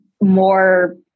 more